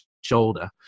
shoulder